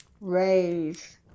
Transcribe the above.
raise